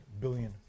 billion